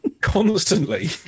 constantly